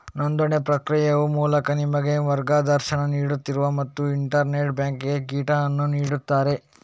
ನೋಂದಣಿ ಪ್ರಕ್ರಿಯೆಯ ಮೂಲಕ ನಿಮಗೆ ಮಾರ್ಗದರ್ಶನ ನೀಡುತ್ತಾರೆ ಮತ್ತು ಇಂಟರ್ನೆಟ್ ಬ್ಯಾಂಕಿಂಗ್ ಕಿಟ್ ಅನ್ನು ನೀಡುತ್ತಾರೆ